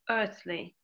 earthly